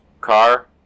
car